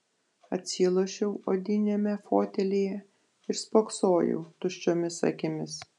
atsilošiau odiniame fotelyje ir spoksojau tuščiomis akimis